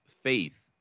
Faith